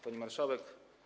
Pani Marszałek!